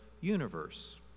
universe